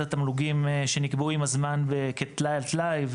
התמלוגים שנקבעו עם הזמן כטלאי על טלאי,